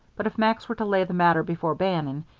but if max were to lay the matter before bannon,